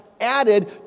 added